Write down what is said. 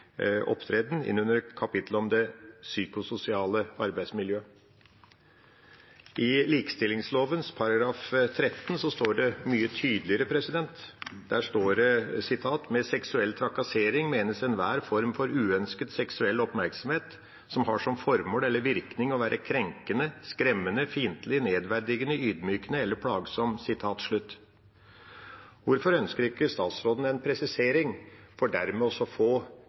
opptreden.» I likestillings- og diskrimineringsloven § 13 står det mye tydeligere: «Med seksuell trakassering menes enhver form for uønsket seksuell oppmerksomhet som har som formål eller virkning å være krenkende, skremmende, fiendtlig, nedverdigende, ydmykende eller plagsom.» Hvorfor ønsker ikke statsråden en presisering for dermed å få